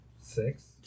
Six